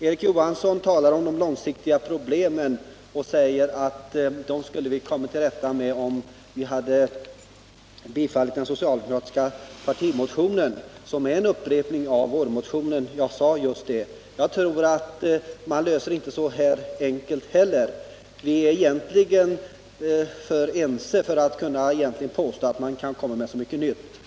Erik Johansson talar om de långsiktiga problemen och säger att dem skulle vi ha kommit till rätta med om vi hade bifallit den socialdemokratiska partimotionen, som är en upprepning av vårmotionen — jag sade just det. Jag tror inte att man löser problemen så enkelt. Vi är egentligen för ense för att kunna påstå att man kan komma med så mycket nytt.